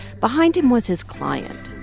behind him was his client,